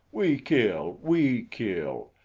we kill! we kill!